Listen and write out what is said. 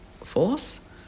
force